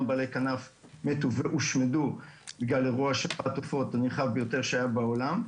בעלי כנף בגלל אירוע שפעת עופות הנרחב ביותר שהיה בעולם.